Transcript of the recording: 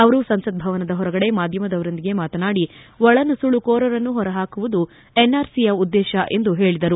ಅವರು ಸಂಸತ್ ಭವನ ಹೊರಗಡೆ ಮಾಧ್ಯಮದವರೊಂದಿಗೆ ಮಾತನಾಡಿ ಒಳನುಸುಳುಕೋರರನ್ನು ಹೊರಹಾಕುವುದು ಎನ್ಆರ್ಸಿಯ ಉದ್ದೇಶ ಎಂದು ಹೇಳಿದರು